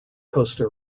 costa